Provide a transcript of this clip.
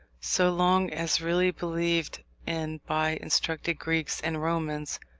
so long as really believed in by instructed greeks and romans,